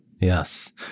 Yes